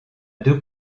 deux